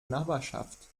nachbarschaft